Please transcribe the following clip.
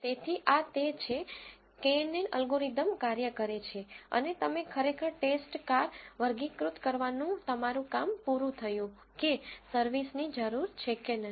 તેથી આ તે છે કેએનએન અલ્ગોરિધમ કાર્ય કરે છે અને તમે ખરેખર ટેસ્ટ કાર વર્ગીકૃત કરવાનું તમારું કામ પૂરું થયું કે સર્વિસની જરૂર છે કે નહીં